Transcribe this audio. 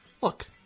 Look